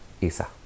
Isa